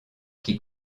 qui